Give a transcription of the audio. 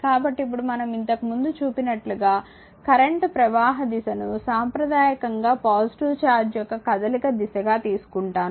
కాబట్టి ఇప్పుడు మనం ఇంతకుముందు చూసినట్లుగా కరెంట్ ప్రవాహ దిశను సాంప్రదాయకంగా పాజిటివ్ ఛార్జ్ యొక్క కదలిక దిశగా తీసుకుంటాను